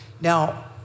Now